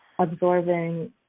absorbing